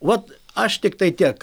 vat aš tiktai tiek